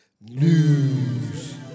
news